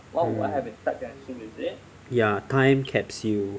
hmm ya time capsule